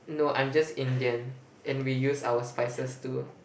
no I'm just Indian and we use our spices too